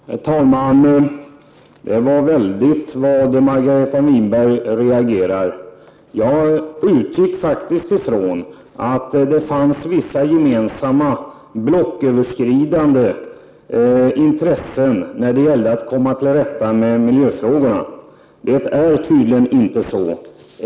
Herr talman! Det var väldigt vad Margareta Winberg reagerar. Jag utgick faktiskt ifrån att det fanns vissa gemensamma blocköverskridande intressen när det gällde att komma till rätta med miljöfrågorna. Det är tydligen inte så.